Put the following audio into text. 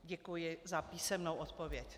Děkuji za písemnou odpověď.